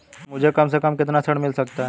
मुझे कम से कम कितना ऋण मिल सकता है?